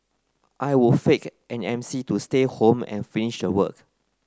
I would fake an M C to stay home and finish the work